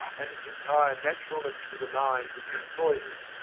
and its entire naturalness for the mind which employs it,